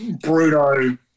Bruno